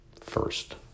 first